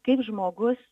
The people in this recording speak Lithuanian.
kaip žmogus